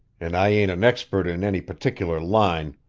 and i ain't an expert in any particular line,